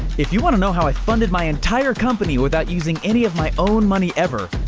if you wanna know how i funded my entire company without using any of my own money ever,